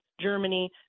Germany